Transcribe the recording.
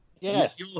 Yes